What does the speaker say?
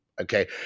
Okay